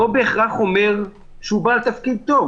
לא בהכרח אומר שהוא בעל תפקיד טוב.